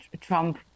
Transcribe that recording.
Trump